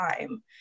time